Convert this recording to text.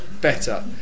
better